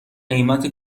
قیمت